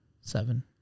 Seven